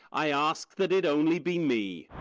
i ask that it only be me.